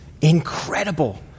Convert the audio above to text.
incredible